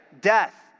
Death